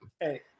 Hey